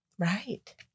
Right